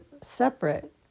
separate